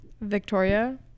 victoria